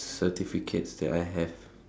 certificates that I have